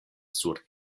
sur